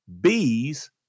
Bees